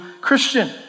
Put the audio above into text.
Christian